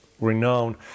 renowned